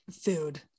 food